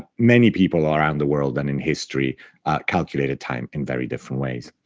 many people around the world and in history calculated time in very different ways.